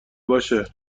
باشه